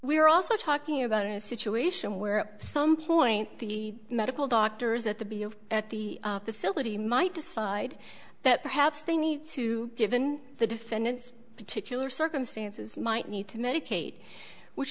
we're also talking about a situation where some point the medical doctors at the at the facility might decide that perhaps they need to given the defendant's particular circumstances might need to medicate which